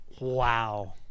Wow